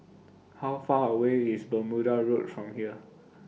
How Far away IS Bermuda Road from here